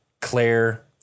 Claire